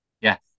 Yes